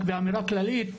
באמירה כללית,